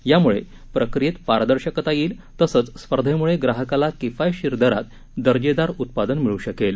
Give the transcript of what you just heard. यामुळे प्रक्रियेत पारदर्शकता येईल तसंच स्पर्धेमुळे ग्राहकाला किफायतशीर दरात दर्जेदार उत्पादन मिळू शकेल